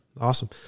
Awesome